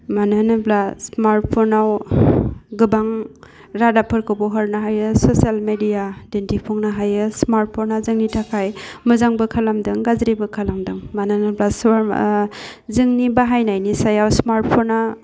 मानो होनोब्ला स्मार्ट फनाव गोबां रादाबफोरखौबो हरनो हायो ससेल मेदिया दिन्थिफुंनो हायो स्मार्ट फना जोंनि थाखाय मोजांबो खालामदों गाज्रिबो खालामदों मानो होनोब्ला जोंनि बाहायनायनि सायाव स्मार्ट फना